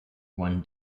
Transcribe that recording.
won